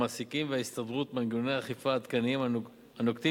המעסיקים וההסתדרות מנגנוני אכיפה עדכניים הנוקטים